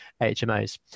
HMOs